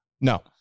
No